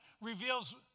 reveals